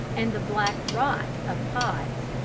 and the black rot of pods.